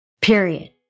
Period